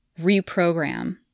reprogram